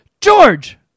George